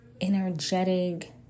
energetic